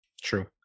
true